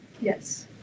Yes